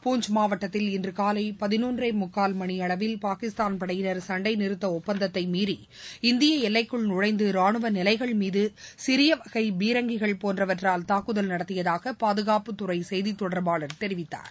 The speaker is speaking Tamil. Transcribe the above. பூஞ்ச் மாவட்டத்தில் இன்றுகாலைபதினொன்றேமுக்கால் மணிஅளவில் பாகிஸ்தான் படையினர் சண்டைநிறத்தஒப்பந்தத்தைமீறி இந்தியஎல்லைக்குள் நுழைந்தரானுவநிலைகள் மீதுசிறியவகைபீரங்கிகள் போன்றவற்றால் தாக்குதல் நடத்தியதாகபாதுகாப்புத்துறைசெய்திதொடர்பாளர் தெரிவித்தார்